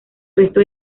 resto